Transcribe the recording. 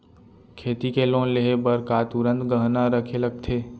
खेती के लोन लेहे बर का तुरंत गहना रखे लगथे?